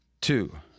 two